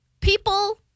people-